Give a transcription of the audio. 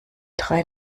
drei